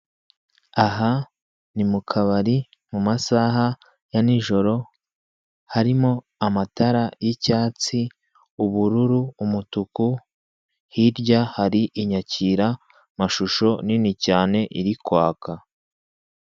Aha ni mu kabari mu masaha ya nijoro, harimo amatara y'icyatsi, ubururu, umutuku, hirya hari inyakiramashusho nini cyane iri kwaka.